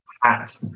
hat